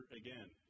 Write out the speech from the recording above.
again